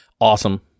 Awesome